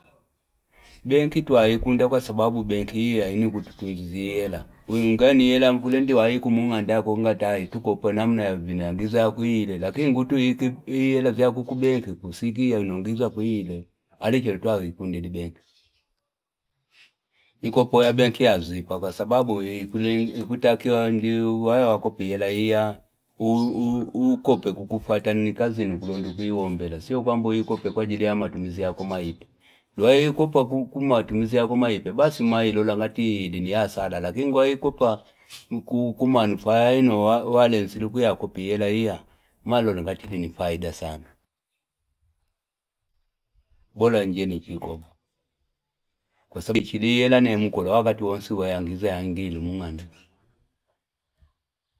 Banki tuwa hikunda kwa sababu banki hiya hini kutukundi zihela. Uyungani hila mkulendi wa hiku munga nda kukunga taye, tukope na muna yabine angiza kuhile, lakini ngutu hii hila ziha kuku banki kusikia, unungiza kuhile, alichelotuwa hikundi zihela. Iko poya banki hazifa kwa sababu ikutakiwa ndi wae wakopi hila hiya ukope kukufata ni kazi ni kulundu kuhi wambela. Siyo kwa mbo ukope kwa jiriama tumizi ya kuma ipe. Lwa ukope kukuma tumizi ya kuma ipe, basi maila ulangati hindi ni asala, lakini kwa ukope kukuma nufai na wale nsilikuya kupi hila hiya, ulangati hindi nifaida sana. Bola njeni kikoma. Kwa sababu hiki hila nye mkula, wakati wansi wae angiza ya angilu munga nda.